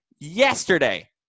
yesterday